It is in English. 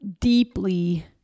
deeply